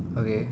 okay